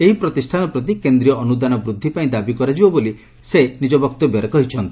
ଏହି ପ୍ରତିଷ୍ଠାନ ପ୍ରତି କେନ୍ଦ୍ରୀୟ ଅନୁଦାନ ବୃଦ୍ଧି ପାଇଁ ଦାବି କରାଯିବ ବୋଲି ସେ ନିଜ ବକ୍ତବ୍ୟରେ କହିଛନ୍ତି